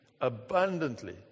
abundantly